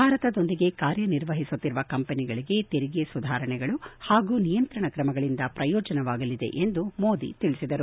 ಭಾರತದೊಂದಿಗೆ ಕಾರ್ಯ ನಿರ್ವಹಿಸುತ್ತಿರುವ ಕಂಪನಿಗಳಿಗೆ ತೆರಿಗೆ ಸುಧಾರಣೆಗಳು ಹಾಗೂ ನಿಯಂತ್ರಣ ಕ್ರಮಗಳಿಂದ ಪ್ರಯೋಜನವಾಗಲಿದೆ ಎಂದು ಮೋದಿ ತಿಳಿಸಿದರು